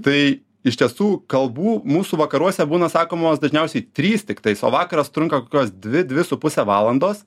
tai iš tiesų kalbų mūsų vakaruose būna sakomos dažniausiai trys tiktais o vakaras trunka kokios dvi dvi su puse valandos